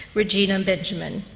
regina benjamin.